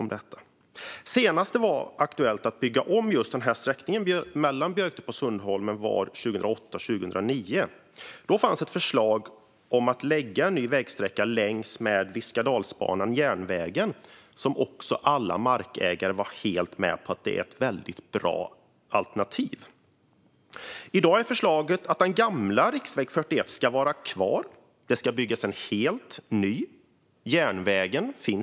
Senaste gången det var aktuellt att bygga om sträckan mellan Björketorp och Sundholmen var 2008-2009. Då fanns ett förslag att lägga en ny vägsträcka längs med järnvägen på Viskadalsbanan. Alla markägare var helt med på att det var ett väldigt bra alternativ. I dag är förslaget att den gamla riksväg 41 ska vara kvar. Det ska också byggas en helt ny järnväg.